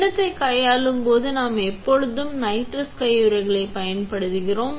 கிண்ணத்தை கையாளும் போது நாம் எப்பொழுதும் நைட்ரைல் கையுறைகளைப் பயன்படுத்துகிறோம்